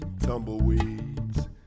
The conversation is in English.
tumbleweeds